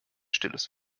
stilles